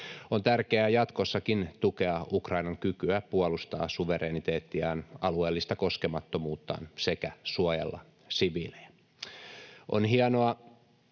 On tärkeää jatkossakin tukea Ukrainan kykyä puolustaa suvereniteettiaan, alueellista koskemattomuuttaan sekä suojella siviilejä. On hienoa,